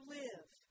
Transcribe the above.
live